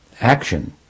action